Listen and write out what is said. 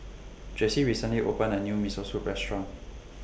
Jessy recently opened A New Miso Soup Restaurant